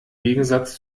gegensatz